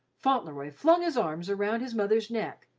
fauntleroy flung his arms around his mother's neck.